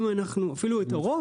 ואפילו את הרוב,